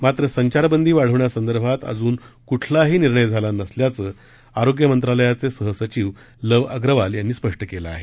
मात्र संचारबंदी वाढविण्यासंदर्भात अजून क्ठलाही निर्णय झाला नसल्याचं आरोग्य मंत्रालयाचे सह सचिव लव अग्रवाल यांनी स्पष्ट केलं आहे